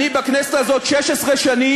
אני בכנסת הזאת 16 שנים,